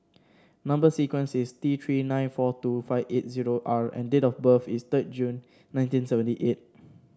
number sequence is T Three nine four two five eight zero R and date of birth is third June nineteen seventy eight